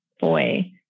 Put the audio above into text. boy